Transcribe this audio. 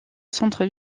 centre